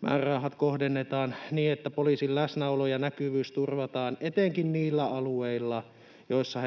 Määrärahat kohdennetaan niin, että poliisin läsnäolo ja näkyvyys turvataan etenkin niillä alueilla, missä